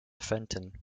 fenton